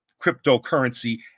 cryptocurrency